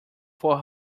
four